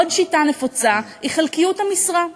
עוד שיטה נפוצה היא חלקיות משרה,